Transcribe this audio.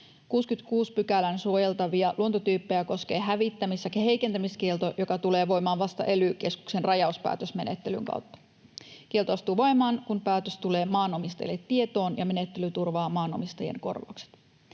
66 §:n suojeltavia luontotyyppejä koskee hävittämis- ja heikentämiskielto, joka tulee voimaan vasta ely-keskuksen rajauspäätösmenettelyn kautta. Kielto astuu voimaan, kun päätös tulee maanomistajille tietoon, ja menettely turvaa maanomistajien korvaukset.